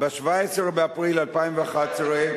ב-17 באפריל 2011,